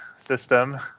system